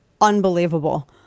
unbelievable